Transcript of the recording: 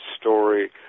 story